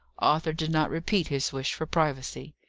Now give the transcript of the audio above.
arthur did not repeat his wish for privacy.